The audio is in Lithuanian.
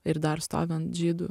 ir dar stovi an žydų